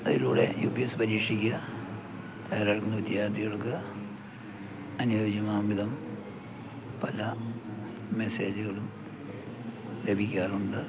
അതിലൂടെ U P S C പരീക്ഷയ്ക്ക് തയ്യാറെടുക്കുന്ന വിദ്യാർത്ഥികൾക്ക് അനുയോജ്യമാം വിധം പല മെസ്സേജുകളും ലഭിക്കാറുണ്ട്